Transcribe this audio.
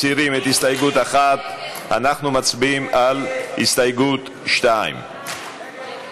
מסירים את הסתייגות 1. אנחנו מצביעים על הסתייגות 2 של חברות